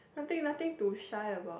nothing nothing to shy about